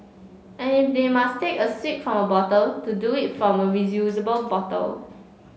and if they must take a swig from a bottle to do it from a reusable bottle